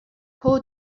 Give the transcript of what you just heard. poor